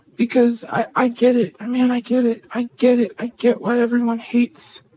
because i i get it. i mean, i get it. i get it. i get why everyone hates